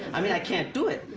i mean, i can't do it.